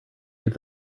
give